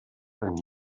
eine